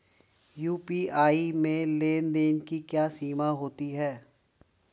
UPI में लेन देन की क्या सीमा होती है?